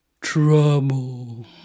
trouble